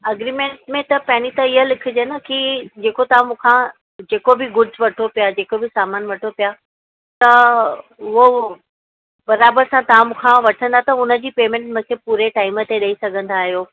agreement में त पहिरीं त इअ लिखिजे न की जेको तव्हां मूंखां जेको बि गुड्स वठो पिया जेको बि सामान वठो पिया त उहो बराबरि सां तव्हां मूं खां वठंदा त उनजी पेमेंट मूंखे पूरे टाइम ते ॾेई सघंदा आहियो